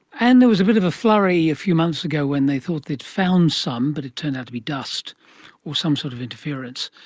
and there was bit of a flurry a few months ago when they thought they'd found some but it turned out to be dust or some sort of interference.